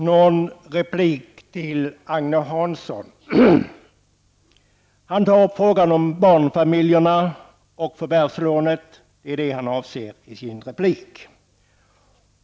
Herr talman! Först en replik till Agne Hansson. Han tar upp frågan om barnfamiljerna och förvärvslånet. Det är detta han avser i sin replik.